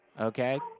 Okay